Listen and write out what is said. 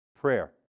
prayer